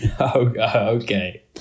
Okay